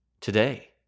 Today